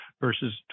versus